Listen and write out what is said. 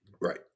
Right